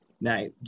Now